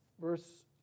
verse